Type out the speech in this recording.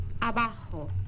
abajo